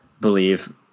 believe